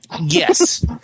Yes